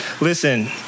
Listen